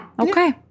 Okay